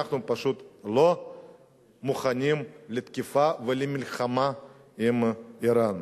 אנחנו פשוט לא מוכנים לתקיפה ולמלחמה עם אירן.